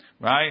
right